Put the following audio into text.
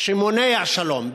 שמונע שלום,